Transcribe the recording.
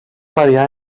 variar